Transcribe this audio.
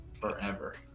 forever